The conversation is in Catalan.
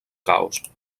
caos